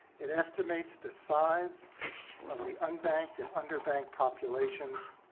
it estimates the size of the unbanked and underbanked populations,